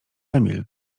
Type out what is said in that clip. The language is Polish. emil